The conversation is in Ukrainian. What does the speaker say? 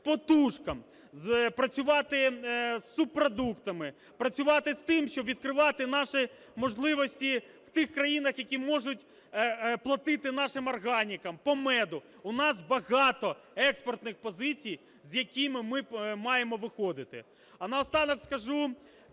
по тушкам, працювати з субпродуктами, працювати з тим, щоб відкривати наші можливості в тих країнах, які можуть платити нашим органікам, по меду. У нас багато експортних позицій, з якими ми маємо виходити. А наостанок скажу,